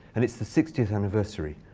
and it's the sixtieth anniversary